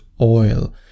oil